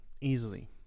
easily